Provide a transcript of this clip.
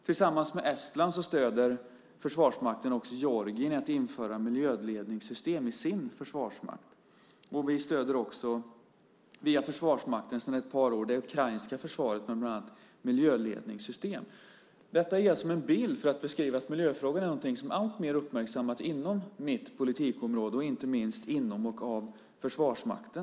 Tillsammans med Estland stöder Försvarsmakten också Georgien i att införa miljöledningssystem i dess försvarsmakt. Via Försvarsmakten stöder vi sedan ett par år dessutom det ukrainska försvaret med bland annat miljöledningssystem. Denna beskrivning ger jag för att visa att miljöfrågorna är något som alltmer uppmärksammas inom mitt politikområde, inte minst inom och av Försvarsmakten.